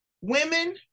Women